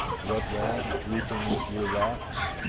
what, lad, drooping with your lot?